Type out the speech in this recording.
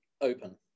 open